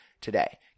today